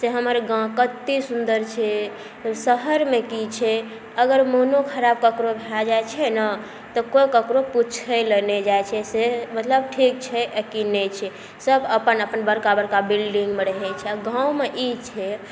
से हमर गाँव कते सुन्दर छै शहरमे की छै अगर मोनो खराब ककरो भऽ जाइ छै ने तऽ कोइ ककरो पुछैलए नहि जाइ छै से मतलब ठीक छै आ कि नहि छै सब अपन अपन बड़का बड़का बिल्डिङ्गमे रहै छै गाँवमे ई छै